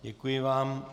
Děkuji vám.